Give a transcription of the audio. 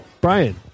Brian